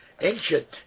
ancient